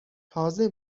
تازه